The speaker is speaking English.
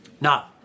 Now